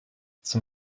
zum